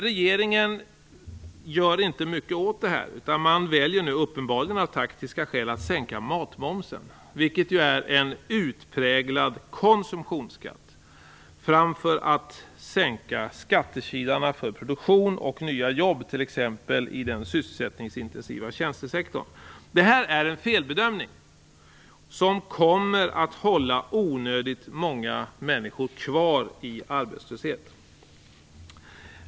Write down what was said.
Regeringen gör inte mycket åt detta utan väljer nu uppenbarligen av taktiska skäl att sänka matmomsen, vilket ju är en utpräglad konsumtionsskatt, framför att sänka skattekilarna för produktion och nya jobb i exempelvis den sysselsättningsintensiva tjänstesektorn. Detta är en felbedömning som kommer att hålla onödigt många människor kvar i arbetslöshet.